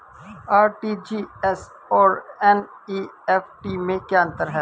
RTGS और NEFT में क्या अंतर है?